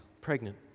pregnant